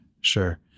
sure